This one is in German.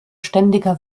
ständiger